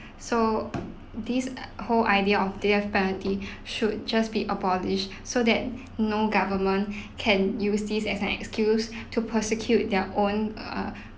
so this whole idea of death penalty should just be abolished so that no government can use this as an excuse to prosecute their own err